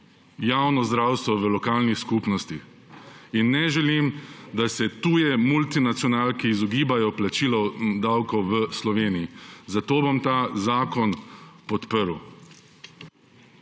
javno zdravstvo v lokalni skupnosti. In ne želim, da se tuje multinacionalke izogibajo plačilu davkov v Sloveniji. Zato bom ta zakon podprl.